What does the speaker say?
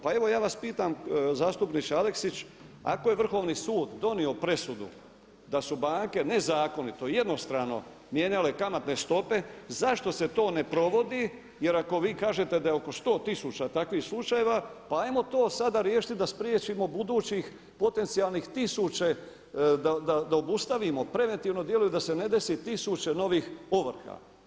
Pa evo ja vas pitam zastupniče Aleksić, ako je Vrhovni sud donio presudu da su banke nezakonito, jednostrano mijenjale kamatne stope zašto se to ne provodi jer ako vi kažete da je oko sto tisuća takvih slučajeva, pa ajmo to sada riješiti da spriječimo budućih potencijalnih tisuće, da obustavimo preventivno djeluju da se ne desi tisuće novih ovrha.